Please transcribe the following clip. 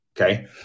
Okay